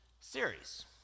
series